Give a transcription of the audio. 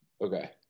okay